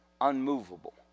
unmovable